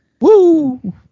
Woo